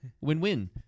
win-win